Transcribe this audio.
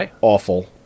awful